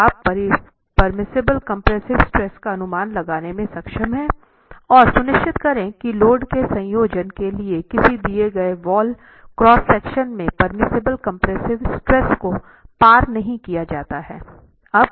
तो आप permissible compressive stress का अनुमान लगाने में सक्षम है और सुनिश्चित करें कि लोड के संयोजन के लिए किसी दिए गए वॉल क्रॉस सेक्शन में परमिसिबल कम्प्रेसिव स्ट्रेस को पार नहीं किया जाता है